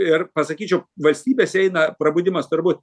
ir pasakyčiau valstybės eina prabudimas turbūt